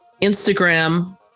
Instagram